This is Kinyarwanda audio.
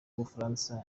w’ubufaransa